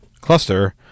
cluster